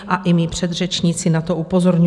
A i mí předřečníci na to upozorňují.